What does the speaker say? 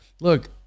look